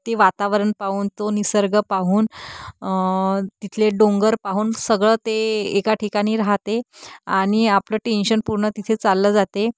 ते वातावरण पाहून तो निसर्ग पाहून तिथले डोंगर पाहून सगळं ते एका ठिकाणी राहते आणि आपलं टेन्शन पूर्ण तिथे चाललं जाते